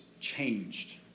changed